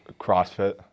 crossfit